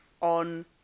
on